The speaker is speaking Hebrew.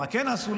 אמרה: כן נעשו,